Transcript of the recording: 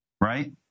right